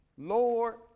Lord